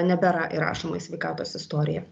nebėra įrašoma į sveikatos istoriją